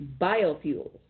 Biofuels